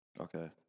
Okay